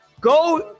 Go